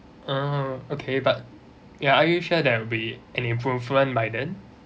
ah okay but ya are you sure there will be an improvement by then